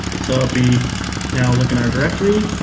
so if we now look in our directory,